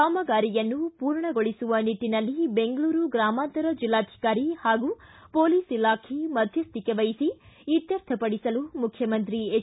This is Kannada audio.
ಕಾಮಗಾರಿಯನ್ನು ಪೂರ್ಣಗೊಳಿಸುವ ನಿಟ್ಟನಲ್ಲಿ ಬೆಂಗಳೂರು ಗ್ರಾಮಾಂತರ ಜೆಲ್ಲಾಧಿಕಾರಿ ಹಾಗೂ ಪೊಲೀಸ್ ಇಲಾಖೆ ಮಧ್ಯಸ್ಥಿಕೆ ವಹಿಸಿ ಇತ್ತರ್ಥಪಡಿಸಲು ಮುಖ್ಯಮಂತ್ರಿ ಎಚ್